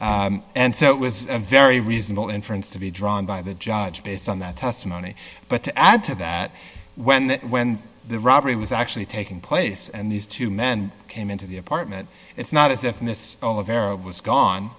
and so it was a very reasonable inference to be drawn by the judge based on that testimony but to add to that when the when the robbery was actually taking place and these two men came into the apartment it's not as if miss all of arab was gone